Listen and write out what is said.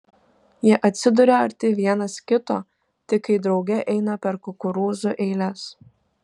jie atsiduria arti vienas kito tik kai drauge eina per kukurūzų eiles